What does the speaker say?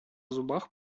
зубах